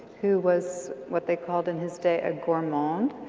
who was what they called in his day a gourmand.